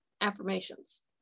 affirmations